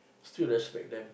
still respect them